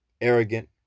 arrogant